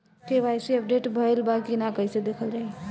KYC update भइल बा कि ना कइसे देखल जाइ?